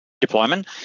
deployment